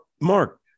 Mark